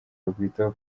akakwitaho